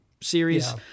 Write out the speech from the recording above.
series